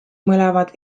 mõlemad